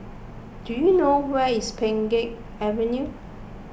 do you know where is Pheng Geck Avenue